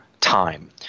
time